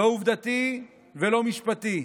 לא עובדתי ולא משפטי.